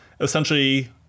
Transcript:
essentially